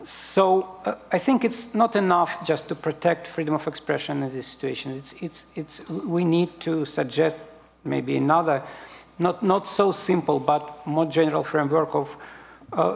so i think it's not enough just to protect freedom of expression as a situation it's it's it's we need to suggest maybe another not not so simple but